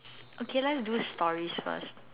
okay let's do stories first